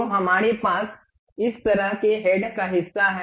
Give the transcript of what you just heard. तोहमारे पास इस तरह के हेड का हिस्सा है